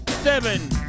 Seven